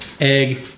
egg